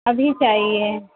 ابھی چاہیے